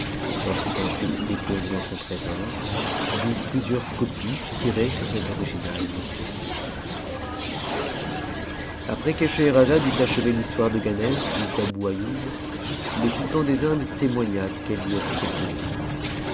elle tut ensuite déposée dans son trésor d'où plusieurs copies tirées sur cet ot'tginat t'ont rendue publique après que scheherazade eut achevé l'histoire de ganem fils d'abou aïoub le sultan des indes témoigna qu'elle iui avait fait plaisir